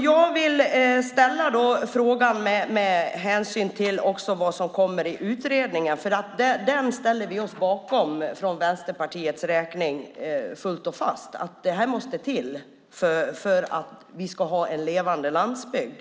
Jag vill ställa en fråga med hänsyn till vad som kommer i utredningen, som vi från Vänsterpartiets sida ställer oss bakom fullt och fast. Detta måste till för att vi ska ha en levande landsbygd.